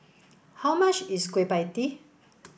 how much is Kueh Pie Tee